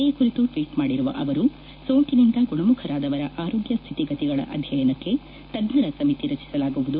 ಈ ಕುರಿತು ಟ್ವೀಟ್ ಮಾಡಿರುವ ಅವರು ಸೋಂಕಿನಿಂದ ಗುಣಮುಖರಾದವರ ಆರೋಗ್ಯ ಸ್ಥಿತಿಗತಿಗಳ ಅಧ್ಯಯನಕ್ಕೆ ತಜ್ಞರ ಸಮಿತಿ ರಚಿಸಲಾಗುವುದು